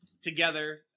together